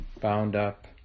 bound-up